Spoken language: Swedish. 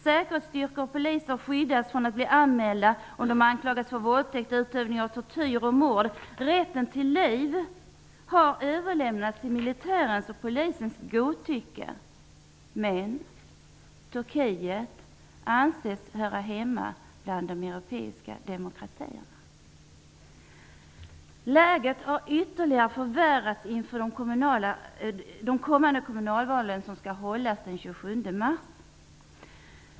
Säkerhetsstyrkor och poliser skyddas från att bli anmälda om de anklagas för våldtäkt, utövning av tortyr och mord. Rätten att bestämma över liv har överlämnats till militärens och polisens godtycke. Men Turkiet anses höra hemma bland de europeiska demokratierna. Läget har ytterligare förvärrats inför de kommande kommunalvalen, som skall hållas den 27 mars.